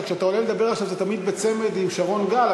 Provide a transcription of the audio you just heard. שכשאתה עולה לדבר עכשיו זה תמיד בצמד עם שרון גל,